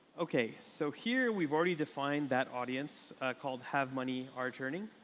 ok. so here we've already defined that audience called have money, are churning.